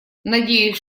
надеюсь